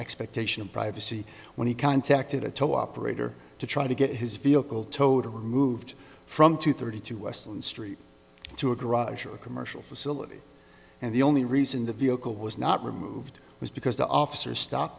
expectation of privacy when he contacted a tow operator to try to get his vehicle towed or removed from two thirty two west and street to a garage or a commercial facility and the only reason the vehicle was not removed was because the officer stop